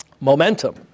momentum